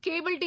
cable T